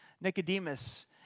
Nicodemus